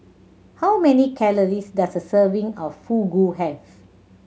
how many calories does a serving of Fugu have